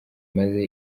imaze